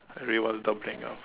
everyone's doubling up